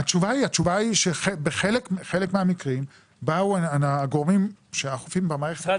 התשובה היא שבחלק מהמקרים באו הגורמים שאוכפים במערכת --- משרד